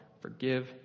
forgive